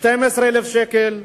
12,000 שקל,